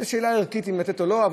זו שאלה ערכית אם לתת או לא.